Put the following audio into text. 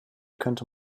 könnte